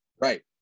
right